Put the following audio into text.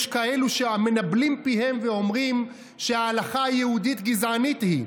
יש כאלו המנבלים פיהם ואומרים שההלכה היהודית גזענית היא.